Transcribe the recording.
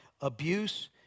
Abuse